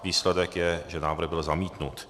Výsledek je, že návrh byl zamítnut.